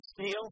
Steel